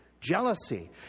jealousy